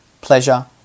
pleasure